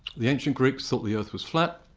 the ancient greeks thought the earth was flat